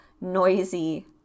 noisy